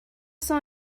some